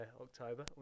october